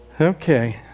Okay